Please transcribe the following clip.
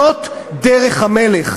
זאת דרך המלך.